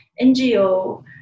NGO